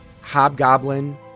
Hobgoblin